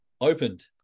opened